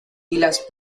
las